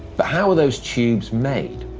but how were those tubes made?